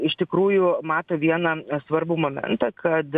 iš tikrųjų mato vieną svarbų momentą kad